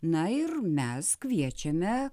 na ir mes kviečiame